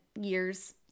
years